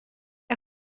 jag